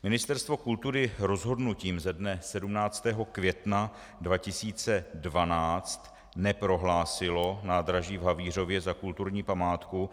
Ministerstvo kultury rozhodnutím ze dne 17. května 2012 neprohlásilo nádraží v Havířově za kulturní památku.